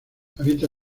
habita